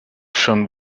från